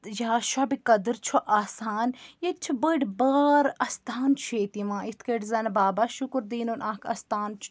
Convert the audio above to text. یا شبِ قدٕر چھُ آسان ییٚتہِ چھِ بٔڑۍ بارٕ اَستان چھِ ییٚتہِ یِوان یِتھ کٲٹھۍ زَن بابا شُکوردیٖنُن اَکھ اَستان چھُ